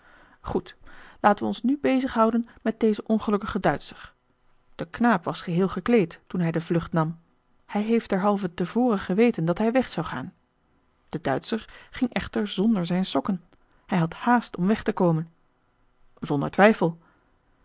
goed laten we ons nu bezighouden met dezen ongelukkigen duitscher de knaap was geheel gekleed toen hij de vlucht nam hij heeft derhalve te voren geweten dat hij weg zou gaan de duitscher ging echter zonder zijn sokken hij had haast om weg te komen zonder twijfel